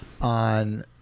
on